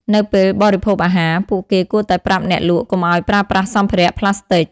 នៅពេលបរិភោគអាហារ ពួកគេគួរតែប្រាប់អ្នកលក់កុំឱ្យប្រើប្រាស់សម្ភារៈប្លាស្ទិក។